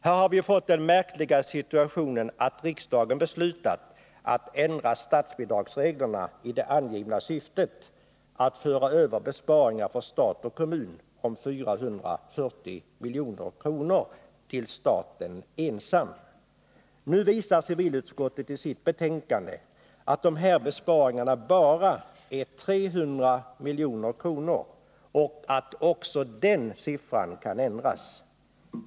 Här har vi fått den märkliga situationen att riksdagen beslutat att ändra statsbidragsreglerna i det angivna syftet att föra över besparingar för stat och kommun på 440 milj.kr. till staten ensam. Nu visar civilutskottet i sitt betänkande att de här besparingarna bara är 300 milj.kr. och att också den siffran kan ändras.